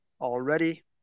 already